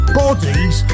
bodies